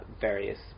various